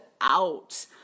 out